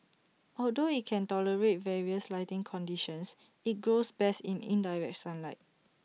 although IT can tolerate various lighting conditions IT grows best in indirect sunlight